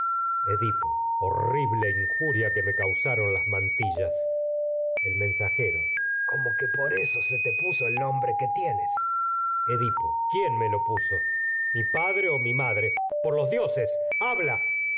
edipo horrible injuria que me causaron las man tillas el mensajero como que por eso se te puso el nombre que tienes edipo quién me lo puso mi padre o mi madre por los dioses habla